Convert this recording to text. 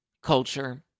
Culture